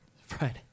Friday